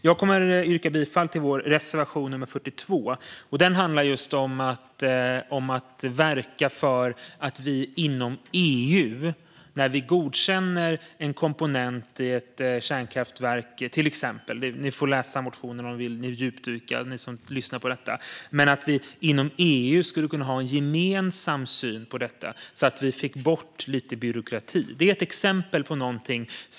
Jag kommer att yrka bifall till vår reservation nummer 42. Den handlar om att verka för att vi inom EU, till exempel när en komponent i ett kärnkraftverk godkänns, skulle kunna ha en gemensam syn på detta så att vi får bort lite byråkrati. Den som lyssnar och vill djupdyka i detta får läsa motionen. Det är ett exempel.